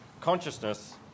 consciousness